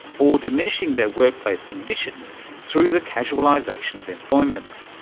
or diminishing their workplace conditions through the casualization of employment.